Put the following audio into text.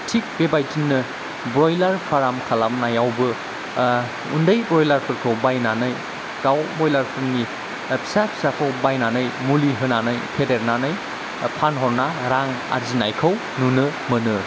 थिग बेबायदिनो broiler farm खालामनायावबो उन्दै ब्रइलारफोरखौ बायनानै दाउ ब्रइलारफोरनि फिसा फिसाखौ बायनानै मुलि होनानै फेदेरनानै फानहरना रां आरजिनायखौ नुनो मोनो